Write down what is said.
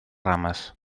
rames